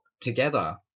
together